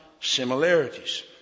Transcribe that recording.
similarities